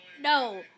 No